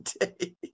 today